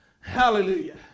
Hallelujah